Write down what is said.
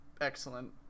excellent